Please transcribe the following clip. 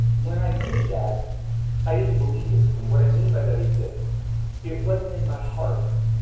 when i did that i didn't believe it and what i mean by that is this it wasn't in my heart.